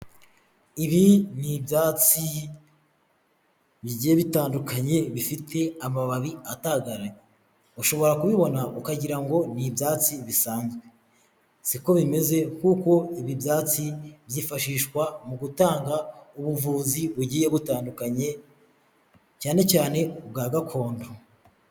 Ibi ni ibyatsi bigiye bitandukanye bifite amababi atagaranye. Ushobora kubibona ukagira ngo ni ibyatsi bisanzwe, Si ko bimeze kuko ibi byatsi byifashishwa mu gutanga ubuvuzi bugiye butandukanye, cyane cyane ubwa gakondo.